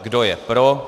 Kdo je pro.